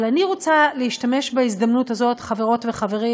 אבל אני רוצה להשתמש בהזדמנות הזאת חברות וחברים